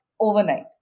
overnight